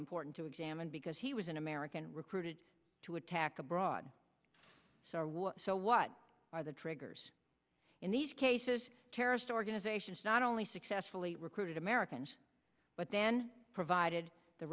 important to examine because he was an american recruited to attack abroad so what are the triggers in these cases terrorist organizations not only successfully recruited americans but then provided the